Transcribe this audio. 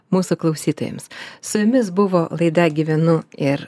mūsų klausytojams su jumis buvo laida gyvenu ir